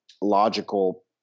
logical